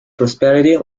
prosperity